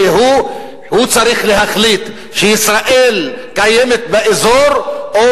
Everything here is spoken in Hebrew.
והוא צריך להחליט שישראל קיימת באזור או